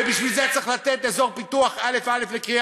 אין לה כיוון, אין לה תוחלת.